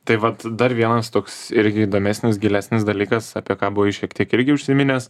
tai vat dar vienas toks irgi įdomesnis gilesnis dalykas apie ką buvai šiek tiek irgi užsiminęs